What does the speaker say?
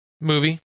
movie